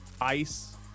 ice